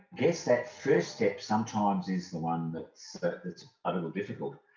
guess that first step sometimes is the one that's that's a little difficult